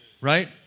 Right